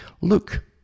Look